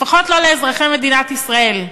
לפחות לא לאזרחי מדינת ישראל,